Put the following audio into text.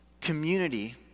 community